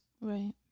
Right